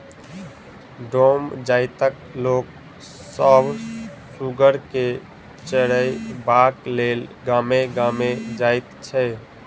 डोम जाइतक लोक सभ सुगर के चरयबाक लेल गामे गाम जाइत छै